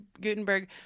Gutenberg